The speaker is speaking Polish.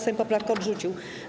Sejm poprawkę odrzucił.